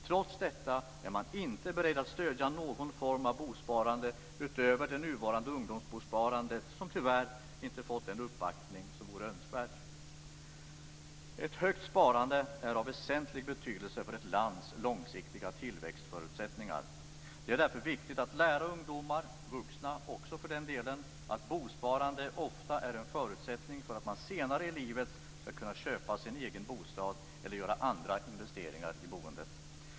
Trots detta är man inte beredd att stödja någon form av bosparande utöver det nuvarande ungdomsbosparande som tyvärr inte fått den uppbackning som vore önskvärt. Ett högt sparande är av väsentlig betydelse för ett lands långsiktiga tillväxtförutsättningar. Det är därför viktigt att lära ungdomar - vuxna också för den delen - att bosparande ofta är en förutsättning för att man senare i livet ska kunna köpa sin egen bostad eller göra andra investeringar i boendet.